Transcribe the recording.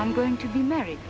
i'm going to be married